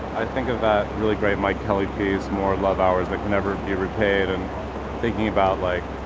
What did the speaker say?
i think of that really great mike kelley piece, more love hours than can ever be repaid, and thinking about like